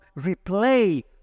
replay